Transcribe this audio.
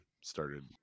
started